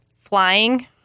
flying